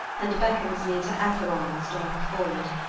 and beckons me to acheron's dark fold,